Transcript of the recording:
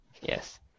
Yes